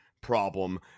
problem